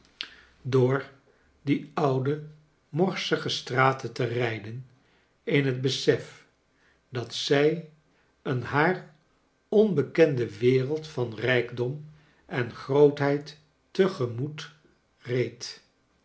dor die oude morsige straten te rijden j in het besef dat zij een haar onbe kende wereld van rijkdom en grootheid te gemoet reed